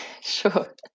Sure